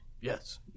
yes